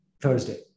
Thursday